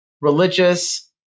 religious